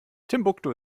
timbuktu